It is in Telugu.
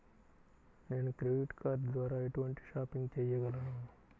నేను క్రెడిట్ కార్డ్ ద్వార ఎటువంటి షాపింగ్ చెయ్యగలను?